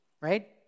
right